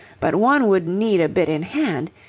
but one would need a bit in hand.